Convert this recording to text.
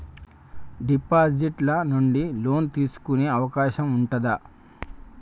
Deposit ల నుండి loan తీసుకునే అవకాశం ఉంటదా?